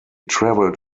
traveled